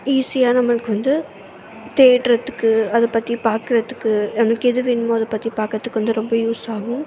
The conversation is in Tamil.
ஈஸியாக நம்மளுக்கு வந்து தேடுறதுக்கு அதை பற்றி பார்க்கறத்துக்கு நமக்கு எது வேணுமோ அதை பற்றி பார்க்குறத்துக்கு வந்து ரொம்ப யூஸ் ஆகும்